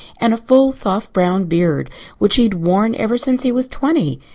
and a full, soft brown beard which he had worn ever since he was twenty.